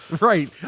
right